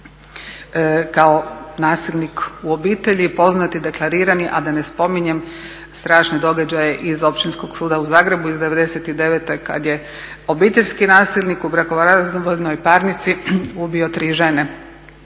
kao nasilnik u obitelji poznati deklarirani, a da ne spominjem strašne događaje iz Općinskog suda u Zagrebu iz '99. kad je obiteljski nasilnik u brakorazvodnoj parnici ubio tri žene,